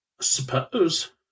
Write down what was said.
Suppose